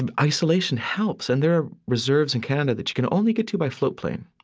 and isolation helps, and there are reserves in canada that you can only get to by floatplane.